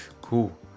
cool